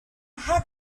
had